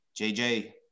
JJ